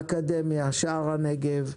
האקדמיה, שער הנגב,